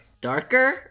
Darker